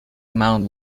mount